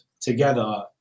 together